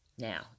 Now